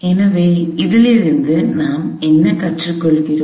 எனவே இதிலிருந்து நாம் என்ன கற்றுக்கொள்கிறோம்